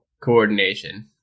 coordination